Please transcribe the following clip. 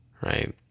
right